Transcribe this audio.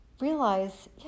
realize